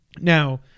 Now